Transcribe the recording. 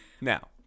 Now